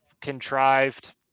contrived